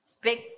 big